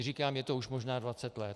Říkám, je to už možná dvacet let.